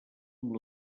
amb